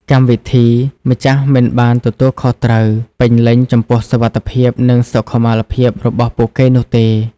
កម្មវិធីម្ចាស់មិនបានទទួលខុសត្រូវពេញលេញចំពោះសុវត្ថិភាព និងសុខុមាលភាពរបស់ពួកគេនោះទេ។